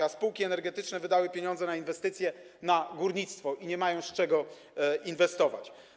Natomiast spółki energetyczne wydały pieniądze na inwestycje w górnictwie i nie mają z czego inwestować.